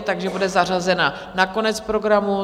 Takže bude zařazena na konec programu.